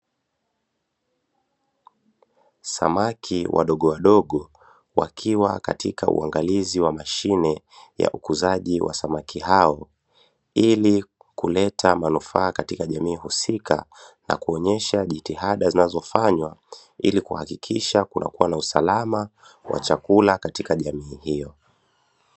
Samaki wadogo wadogo wakiwa katika uangalizi wa mashine ya ukuzaji wa samaki hao, ili kuleta manufaa katika jamii husika na kuonyesha jitihada zinazofanywa ili kuhakikisha kunakuwa na usalama wa chakula katika jamii hiyo.